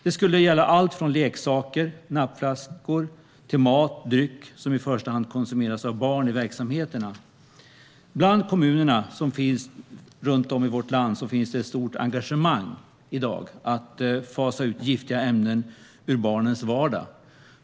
Detta skulle gälla allt från leksaker och nappflaskor till mat och dryck som i första hand konsumeras av barn i verksamheterna. Bland kommunerna runt om i vårt land finns i dag ett stort engagemang för att fasa ut giftiga ämnen ur barnens vardag.